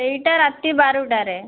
ସେଇଟା ରାତି ବାରଟାରେ